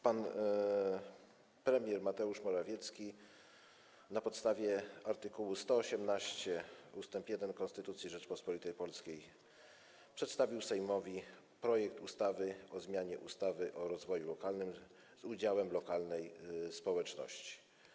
Pan premier Mateusz Morawiecki na podstawie art. 118 ust. 1 Konstytucji Rzeczypospolitej Polskiej przedstawił Sejmowi projekt ustawy o zmianie ustawy o rozwoju lokalnym z udziałem lokalnej społeczności.